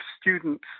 students